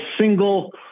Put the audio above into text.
single